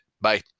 bye